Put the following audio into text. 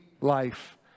life